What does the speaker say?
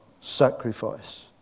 sacrifice